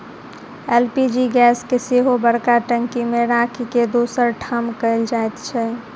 LPG gas के सेहो बड़का टंकी मे राखि के दोसर ठाम कयल जाइत छै